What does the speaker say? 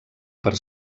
per